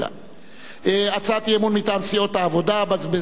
הצעת אי-אמון מטעם סיעת העבודה: הבזבזנות וחוסר האחריות